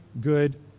good